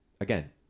again